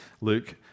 Luke